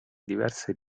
diverse